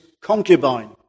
concubine